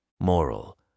Moral